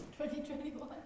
2021